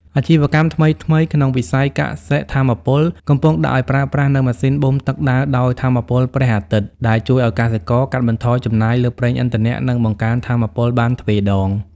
អាជីវកម្មថ្មីៗក្នុងវិស័យកសិ-ថាមពល កំពុងដាក់ឱ្យប្រើប្រាស់នូវម៉ាស៊ីនបូមទឹកដើរដោយថាមពលព្រះអាទិត្យ ដែលជួយឱ្យកសិករកាត់បន្ថយចំណាយលើប្រេងឥន្ធនៈ និងបង្កើនទិន្នផលបានទ្វេដង។